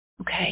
okay